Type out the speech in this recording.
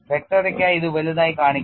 വ്യക്തതയ്ക്കായി ഇത് വലുതായി കാണിക്കുന്നു